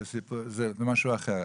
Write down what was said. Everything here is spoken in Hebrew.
זה משהו אחר.